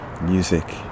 music